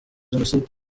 jenoside